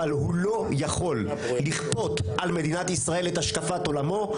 אבל הוא לא יכול לכפות על מדינת ישראל את השקפת עולמו.